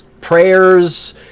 prayers